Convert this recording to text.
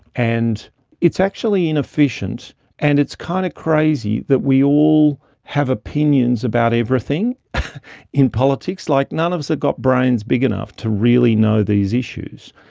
and it's actually inefficient and it's kind of crazy that we all have opinions about everything in politics. like none of us have got brains big enough to really know these issues.